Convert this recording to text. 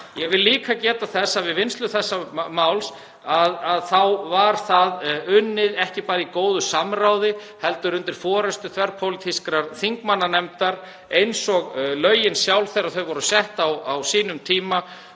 Ég vil líka geta þess að við vinnslu þessa máls var það ekki bara unnið í góðu samráði heldur undir forystu þverpólitískrar þingmannanefndar eins og lögin sjálf þegar þau voru sett á sínum tíma.